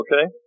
okay